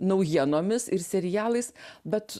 naujienomis ir serialais bet